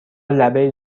لبه